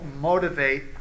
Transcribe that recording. motivate